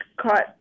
caught